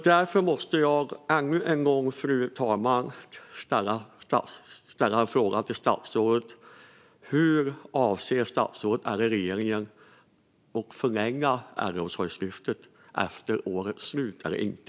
Därför måste jag ännu en gång, fru talman, fråga statsrådet om hon - eller regeringen - avser att förlänga Äldreomsorgslyftet efter årets slut eller inte.